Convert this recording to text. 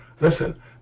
Listen